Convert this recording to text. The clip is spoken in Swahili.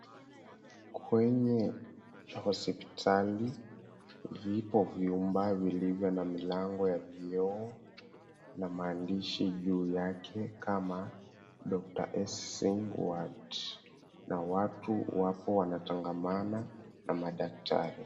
Kwenye hospitali vipo vyumba vilivyo na milango ya vioo na maandishi juu yake kama Doctor S Sing wart, na watu wapo wanatangamana na madaktari.